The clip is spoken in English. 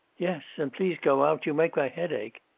yes. and please go out. you make my head ache.